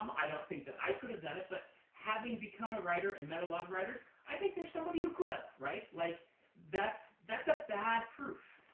um i don't think that i could have done it. but having become a writer and met a lot of writers, i think there's somebody who could ah have. like that's that's a bad proof.